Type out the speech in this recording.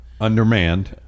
Undermanned